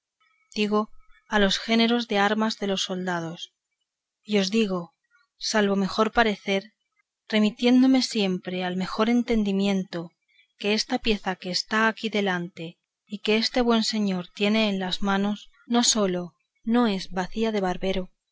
digo a los géneros de armas de los soldados y digo salvo mejor parecer remitiéndome siempre al mejor entendimiento que esta pieza que está aquí delante y que este buen señor tiene en las manos no sólo no es bacía de barbero